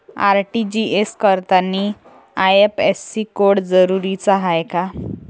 RTGS करतांनी IFSC code जरुरीचा हाय का?